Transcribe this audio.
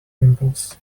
pimples